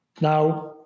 Now